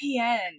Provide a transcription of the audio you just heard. VPN